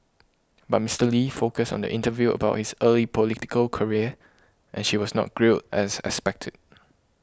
but Mister Lee focused on the interview about his early political career and she was not grilled as expected